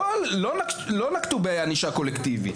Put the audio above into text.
לא נקטו בענישה קולקטיבית.